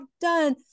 done